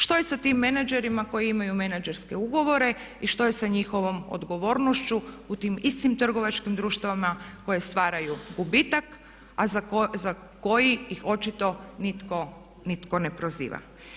Što je sa tim menadžerima koji imaju menadžerske ugovore i što je sa njihovom odgovornošću u tim istim trgovačkim društvima koje stvaraju gubitak a za koji ih očito nitko, nitko ne proziva?